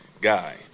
guy